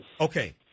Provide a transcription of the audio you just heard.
Okay